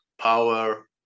power